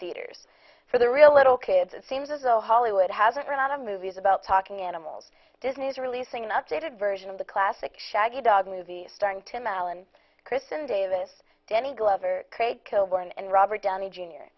theaters for the real little kids it seems as though hollywood hasn't run out of movies about talking animals disney is releasing an updated version of the classic shaggy dog movie starring tim allen kristin davis danny glover craig kilborn and robert downey j